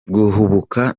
guhubuka